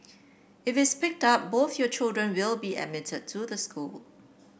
it picked up both your children will be admitted to the school